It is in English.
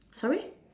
sorry